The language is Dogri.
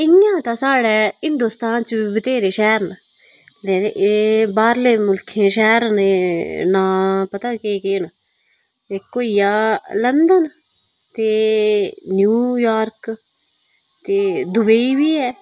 इयां ते साढ़ै हिंदुस्तान च बत्हेरे शहर ना ते बाहरले मुल्खें दै शहर ना उंदा नां पता केह् केह् ना इक होई गेआ लंडन ते न्यूयार्क ते दुवेई बी है